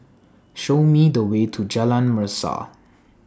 Show Me The Way to Jalan Mesa